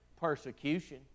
Persecution